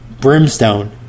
Brimstone